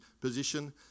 position